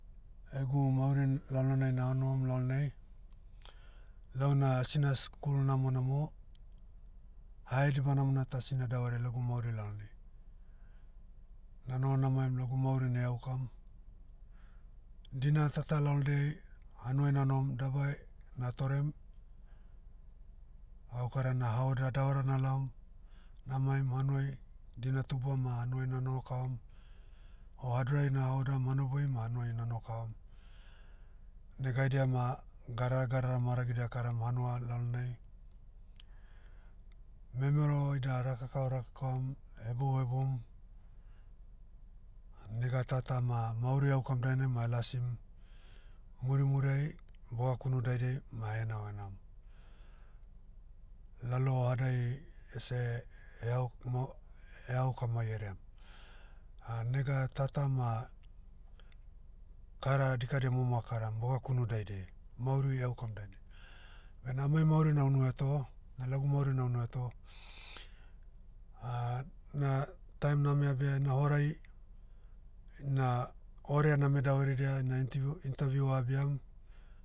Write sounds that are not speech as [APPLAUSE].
Egu mauri lalonai naonohom lalonai, launa asina skul namonamo. Hahediba namona ta asina davaria lagu mauri lalonai. Nanoho namaim lagu mauri na eaukam. Dina tata lalodei, hanuai nanohom dabai, natorem, gaukara na haoda davara nalaom, namaim hanuai, dina tubua ma hanuai nanoho kavam, o adorai na haodam hanoboi ma hanuai nano kavam. Nega haidia ma, gadara gadara maragidia akaram hanua lalonai. Memero ida araka kava raka kavam, hebou heboum. Nega tata ma mauri aukam dainai ma alasim, muri muriai, boga kunu daidai, ma ahenao henaom. Lalohadai ese, eauk- mau- eaukamai heream. [HESITATION] nega tata ma, kara dikadia momo akaram boga kunu daidai, mauri eaukam dainai. Bena amai mauri na unu heto, na lagu mauri na unu eto. [HESITATION] na taim name abia na horai, ina orea name davaridia ina intiviu- interview a'abiam.